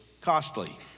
costly